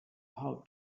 how